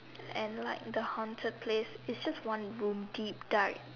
and like the haunted place it's just one room deep dark